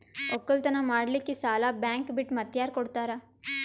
ಒಕ್ಕಲತನ ಮಾಡಲಿಕ್ಕಿ ಸಾಲಾ ಬ್ಯಾಂಕ ಬಿಟ್ಟ ಮಾತ್ಯಾರ ಕೊಡತಾರ?